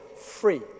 free